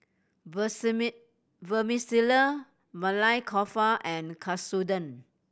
Vermicelli Maili Kofta and Katsudon